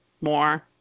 more